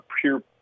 pure